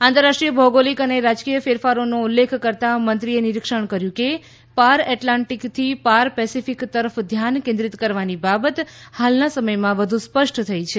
આંતરરાષ્ટીય ભૌગોલિક અને રાજકીય ફેરફારોનો ઉલ્લેખ કરતાં મંત્રીએ નિરીક્ષણ કર્યું કે પાર એટલાન્ટિકથી પાર પેસિફિક તરફ ધ્યાન કેન્દ્રિત કરવાની બાબત હાલના સમયમાં વધુ સ્પષ્ટ થઈ છે